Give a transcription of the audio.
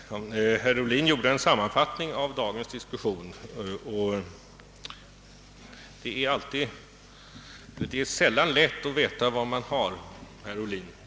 Herr talman! Herr Ohlin gjorde en sammanfattning av dagens diskussion. Det är sällan lätt att veta var man har herr Ohlin.